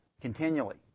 continually